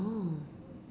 oh